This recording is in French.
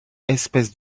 espèces